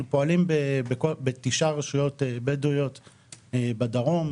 אנחנו פועלים בתשע רשויות בדואיות בדרום,